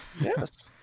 yes